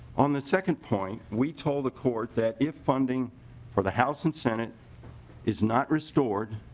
um the second point we told the court that if funding for the house and senate is not restored